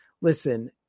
listen